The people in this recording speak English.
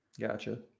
gotcha